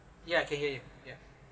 yeah can hear you yeah